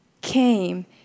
came